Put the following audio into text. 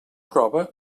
prova